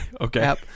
Okay